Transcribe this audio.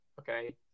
okay